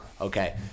Okay